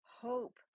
hope